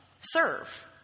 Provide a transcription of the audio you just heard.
serve